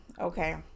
okay